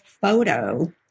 photo